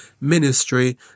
ministry